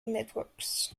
networks